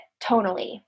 tonally